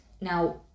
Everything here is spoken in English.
Now